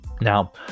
Now